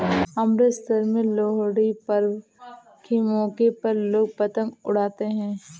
अमृतसर में लोहड़ी पर्व के मौके पर लोग पतंग उड़ाते है